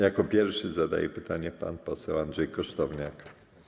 Jako pierwszy zadaje pytanie pan poseł Andrzej Kosztowniak.